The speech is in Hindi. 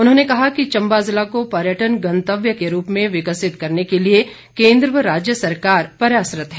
उन्होंने कहा कि चम्बा ज़िला को पर्यटन गंतव्य के रूप में विकसित करने के लिए केन्द्र व राज्य सरकार प्रयासरत है